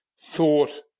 thought